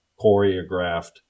choreographed